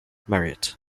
merit